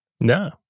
No